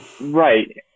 right